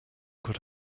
could